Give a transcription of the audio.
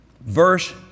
Verse